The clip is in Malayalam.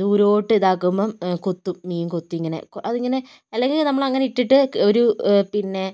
ദുരോട്ട് ഇതാക്കുമ്പം കൊത്തും മീൻ കൊത്തി ഇങ്ങനെ അതിങ്ങനെ അല്ലെങ്കിൽ നമ്മൾ അങ്ങനെ ഇട്ടിട്ട് ഒരു പിന്നെ